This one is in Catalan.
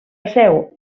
seu